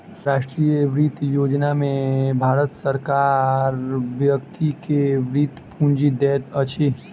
राष्ट्रीय वृति योजना में भारत सरकार व्यक्ति के वृति पूंजी दैत अछि